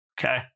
Okay